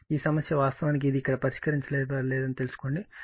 ఈ సమస్య వాస్తవానికి ఇది ఇక్కడ పరిష్కరించబడలేదని తెలుసుకోండి